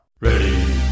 Ready